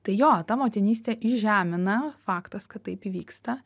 tai jo ta motinystė įžemina faktas kad taip įvyksta